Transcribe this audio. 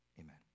Amen